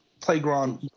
playground